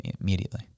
immediately